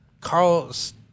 Carl's